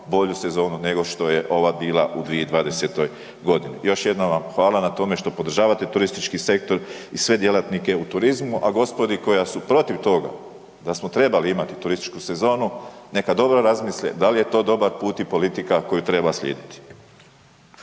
bolju sezonu nego što je ova bila u 2020. godini. Još jednom vam hvala na tome što podržavate turistički sektor i sve djelatnike u turizmu, a gospodi koja su protiv toga da smo trebali imati turističku sezonu neka dobro razmisle da li je to dobar put i politika koju treba slijediti.